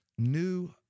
new